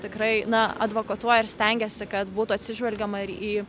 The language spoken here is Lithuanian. tikrai na advokatuoja ir stengiasi kad būtų atsižvelgiama ir į